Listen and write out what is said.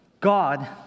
God